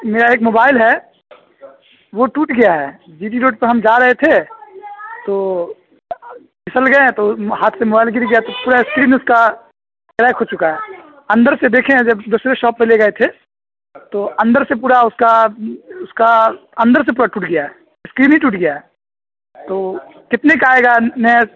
میرا ایک موبائل ہے وہ ٹوٹ گیا ہے جی ڈی روڈ پہ ہم جا رہے تھے تو پھسل گئے ہیں تو ہاتھ سے موبائل گر گیا تو پورا اسکرین اس کا کریک ہو چکا ہے اندر سے دیکھیں ہیں اگر دوسرے شاپ پہ لے گئے تھے تو اندر سے پورا اس کا اس کا اندر سے پورا ٹوٹ گیا ہے اسکرین ہی ٹوٹ گیا ہے تو کتنے کا آئے گا نیا